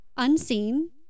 unseen